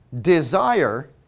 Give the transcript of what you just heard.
desire